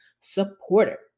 supporter